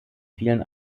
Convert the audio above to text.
vielen